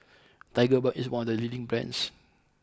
Tigerbalm is one of the leading brands